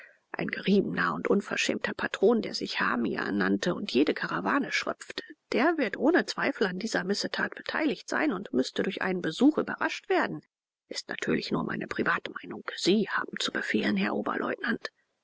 ein geriebener und unverschämter patron der sich hamia nannte und jede karawane schröpfte der wird ohne zweifel an dieser missetat beteiligt sein und müßte durch einen besuch überrascht werden ist natürlich nur meine privatmeinung sie haben zu befehlen herr oberleutnant